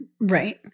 Right